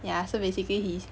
ya so basically his